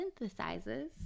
synthesizes